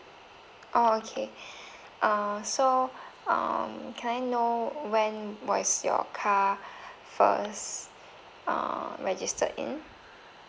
oh okay uh so um can I know when was your car first err registered in